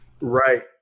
right